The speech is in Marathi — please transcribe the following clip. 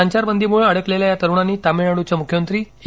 संचार बंदीमुळे अडकलेल्या या तरुणांनी तमिळनाडूचे मुख्यमंत्री ई